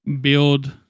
build